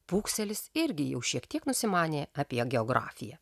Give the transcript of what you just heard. pūkselis irgi jau šiek tiek nusimanė apie geografiją